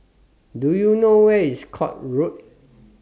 Do YOU know Where IS Court Road